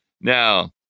Now